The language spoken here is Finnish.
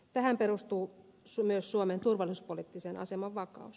tähän perustuu myös suomen turvallisuuspoliittisen aseman vakaus